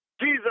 Jesus